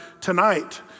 tonight